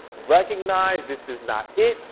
recognize this is not it,